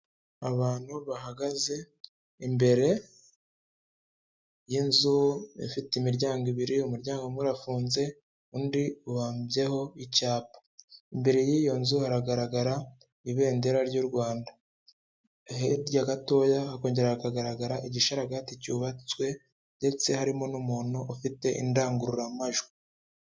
Abantu bahagaze imbere y'inzu ifite imiryango ibiri, umuryango umwe urafunze undi ubambyeho icyapa, imbere y'iyo nzu hagaragara ibendera ry'u Rwanda, hirya gatoya hakongera hakagaragara igisharaga cyubatswe ndetse harimo n'umuntu ufite indangururamajwi.